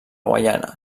guaiana